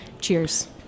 Cheers